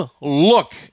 look